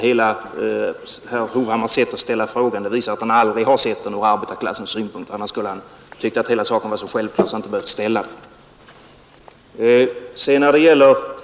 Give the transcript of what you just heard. Herr Hovhammars sätt att ställa frågan visar att han aldrig har sett den ur arbetarklassens synpunkt — annars skulle han ha tyckt att hela saken var så självklar att han inte behövt ställa frågan.